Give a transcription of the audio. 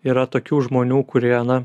yra tokių žmonių kurie na